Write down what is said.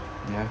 ya